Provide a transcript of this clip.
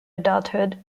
adulthood